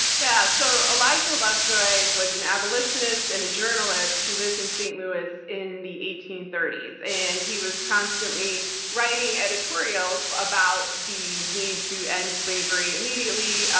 yeah. so elijah lovejoy was an abolitionist and a journalist who lived in st. louis in the eighteen thirty s. and he was constantly writing editorials about the need to end slavery immediately,